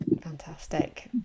Fantastic